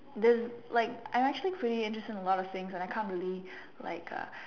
there's like I'm actually pretty interested in a lot of things and I can't really like uh